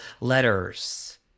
letters